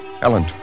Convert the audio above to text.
Ellen